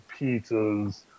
pizzas